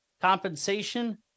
Compensation